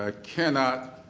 ah cannot